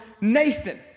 Nathan